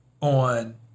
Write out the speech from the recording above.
on